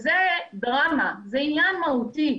זאת דרמה, זה עניין מהותי.